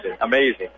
amazing